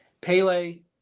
Pele